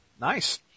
Nice